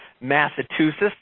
Massachusetts